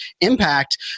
impact